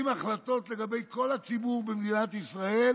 החלטות לגבי כל הציבור במדינת ישראל